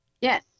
Yes